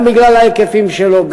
גם בגלל ההיקפים שלו,